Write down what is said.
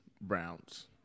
Browns